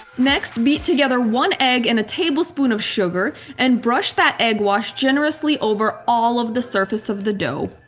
next beat together one egg and a tablespoon of sugar and brush that egg wash generously over all of the surface of the dough.